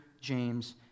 James